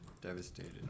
devastated